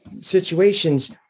situations